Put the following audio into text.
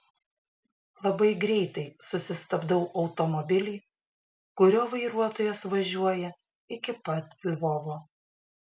labai greitai susistabdau automobilį kurio vairuotojas važiuoja iki pat lvovo